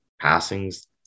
passing's